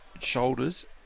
shoulders